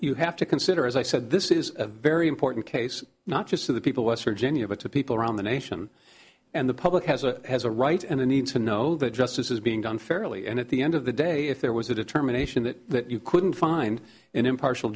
you have to consider as i said this is a very important case not just to the people west virginia but to people around the nation and the public has a has a right and a need to know that justice is being done fairly and at the end of the day if there was a determination that you couldn't find an impartial